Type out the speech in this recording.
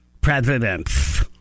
presidents